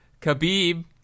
Khabib